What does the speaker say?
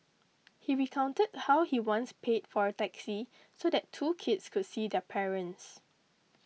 he recounted how he once paid for a taxi so that two kids could see their parents